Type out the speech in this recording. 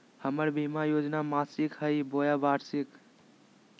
हमर बीमा योजना मासिक हई बोया वार्षिक?